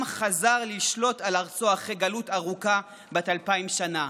עם חזר לשלוט על ארצו אחרי גלות ארוכה בת אלפיים שנה.